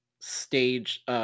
stage